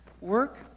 Work